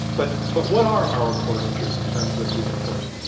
but but what are our core interests in terms of using force?